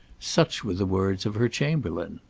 such were the words of her chamberlain.